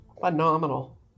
phenomenal